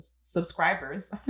subscribers